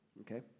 Okay